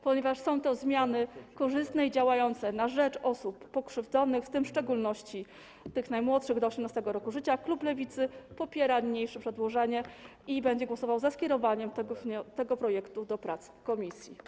Ponieważ są to zmiany korzystne i działające na rzecz osób pokrzywdzonych, w tym szczególności tych najmłodszych, do 18. roku życia, klub Lewicy popiera niniejsze przedłożenie i będzie głosował za skierowaniem tego projektu do prac w komisji.